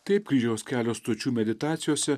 taip kryžiaus kelio stočių meditacijose